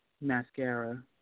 Mascara